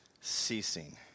ceasing